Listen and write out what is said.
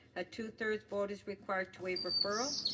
a two-thirds vote is required to waive referral.